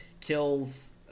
kills